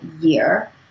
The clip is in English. year